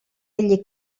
egli